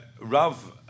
Rav